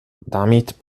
damit